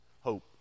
hope